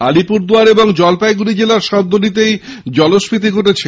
আলিপুরদুয়ার এবং জলপাইগুড়ি জেলার সব নদীতেই জলস্ফীতি ঘটেছে